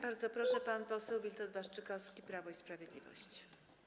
Bardzo proszę, pan poseł Witold Waszczykowski, Prawo i Sprawiedliwość.